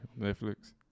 Netflix